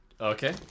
Okay